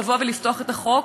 לבוא ולפתוח את החוק,